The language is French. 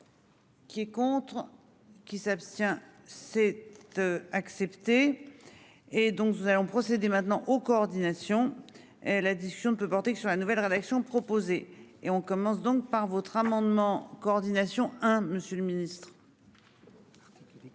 Qui est contre qui s'abstient c'est. Accepter. Et donc nous allons procéder maintenant aux coordination L addition ne peut porter que sur la nouvelle rédaction proposée et on commence donc par votre amendement coordination hein. Monsieur le ministre. Parce